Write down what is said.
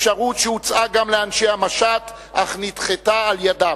אפשרות שהוצעה גם לאנשי המשט אך נדחתה על-ידם.